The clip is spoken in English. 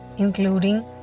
Including